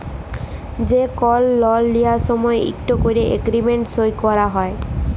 যে কল লল লিয়ার সময় ইকট ক্যরে এগ্রিমেল্ট সই ক্যরা হ্যয়